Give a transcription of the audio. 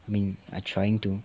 I mean I trying to